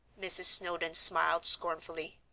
mrs. snowdon smiled scornfully.